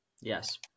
Yes